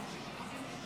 עצמם.